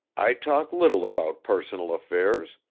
i talk little about personal affairs.